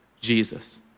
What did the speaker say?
Jesus